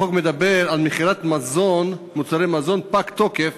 החוק מדבר על מכירת מוצרי מזון פגי תוקף,